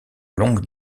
longue